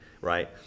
right